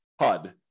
HUD